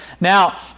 Now